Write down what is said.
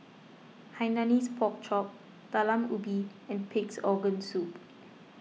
Hainanese Pork Chop Talam Ubi and Pig's Organ Soup